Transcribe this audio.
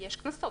יש קנסות.